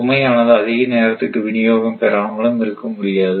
சுமையானது அதிக நேரத்திற்கு வினியோகம் பெறாமலும் இருக்க முடியாது